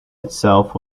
itself